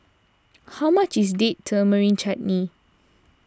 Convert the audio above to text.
how much is Date Tamarind Chutney